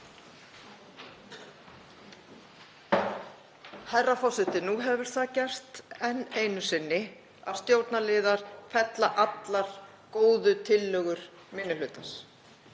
Herra forseti. Nú hefur það gerst enn einu sinni að stjórnarliðar fella allar góðu tillögur minni hlutans.